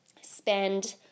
spend